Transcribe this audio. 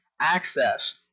access